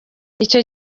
icyo